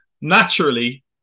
naturally